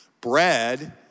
Bread